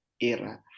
era